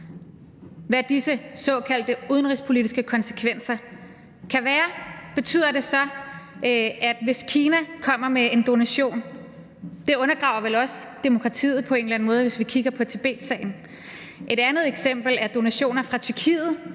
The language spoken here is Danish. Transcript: hvad disse såkaldte udenrigspolitiske konsekvenser kan være. Betyder det så, at hvis Kina kommer med en donation, undergraver det også demokratiet på en eller anden måde? Det kunne være i forbindelse med Tibetsagen. Et andet eksempel er donationer fra Tyrkiet,